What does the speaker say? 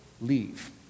leave